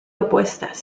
opuestas